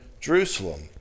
Jerusalem